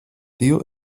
tio